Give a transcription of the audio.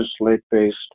lake-based